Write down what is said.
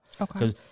okay